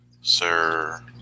Sir